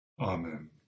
Amen